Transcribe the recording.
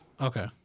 Okay